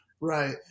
Right